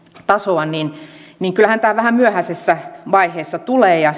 tasoa niin niin kyllähän tämä vähän myöhäisessä vaiheessa tulee ja